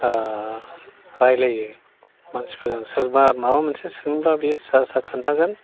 रायलायो मानसिफोरजों सोरबा माबा मोनसे सोंब्ला बि स्रा स्रा खोन्थागोन